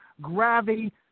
gravity